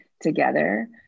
together